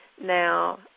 now